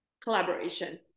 collaboration